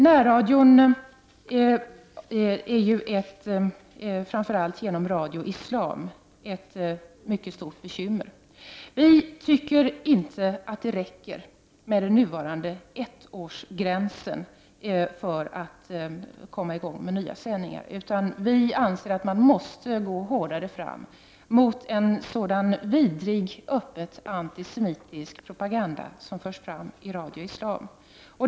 Närradion är ju ett mycket stort bekymmer, framför allt genom Radio Islam. Vi tycker inte att det räcker med den nuvarande ettårsgränsen för att få sätta i gång med nya sändningar för den som avstängts. Vi anser att man måste gå hårdare fram mot en så vidrig, öppet antisemitisk propaganda som förs fram i Radio Islam.